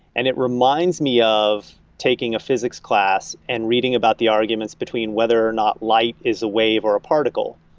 and it reminds me of taking a physics class and reading about the arguments between whether or not light is a wave or a particle.